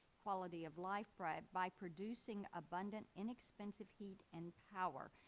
quality of life, by by producing abundant inexpensive heat and power.